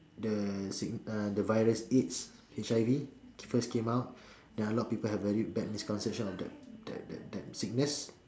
the sick~ uh the virus AIDS H_I_V first came out then a lot of people had very bad misconception of that that that that sickness